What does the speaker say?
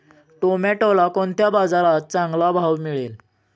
टोमॅटोला कोणत्या बाजारात चांगला भाव मिळेल?